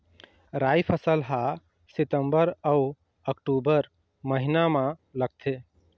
राई फसल हा सितंबर अऊ अक्टूबर महीना मा लगथे